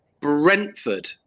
Brentford